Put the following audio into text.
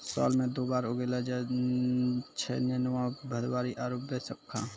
साल मॅ दु बार उगैलो जाय छै नेनुआ, भदबारी आरो बैसक्खा